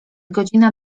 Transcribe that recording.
godzina